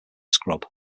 scrub